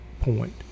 point